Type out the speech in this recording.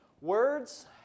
Words